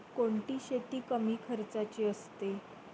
कोणती शेती कमी खर्चाची असते?